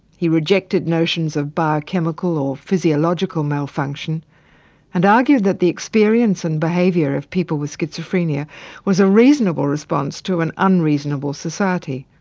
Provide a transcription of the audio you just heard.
he rejected notions of biochemical or physiological malfunction and argued that the experience and behaviour of people with schizophrenia was a reasonable response to an unreasonable society,